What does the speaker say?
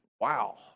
Wow